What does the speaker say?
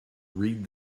read